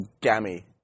gammy